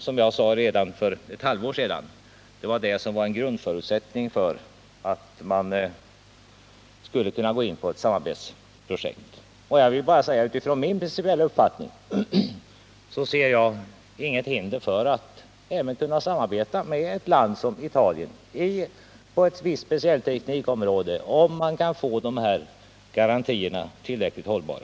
Som jag sade redan för ett halvår sedan var det en grundförutsättning för att man skulle kunna gå in på ett samarbetsprojekt. Och utifrån min principiella uppfattning ser jag inget hinder mot samarbete även med ett land som Italien på ett visst speciellt teknikområde - om man kan få de här garantierna tillräckligt hållbara.